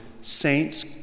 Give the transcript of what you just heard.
saints